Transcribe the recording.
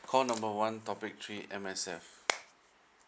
call number one topic three M_S_F